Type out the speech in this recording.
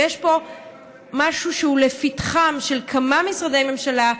ויש פה משהו שהוא לפתחם של כמה משרדי ממשלה,